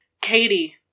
Katie